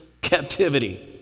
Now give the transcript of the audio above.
captivity